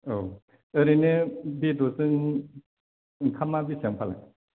औ ओरैनो बेदरजों ओंखामा बेसेबां फालाय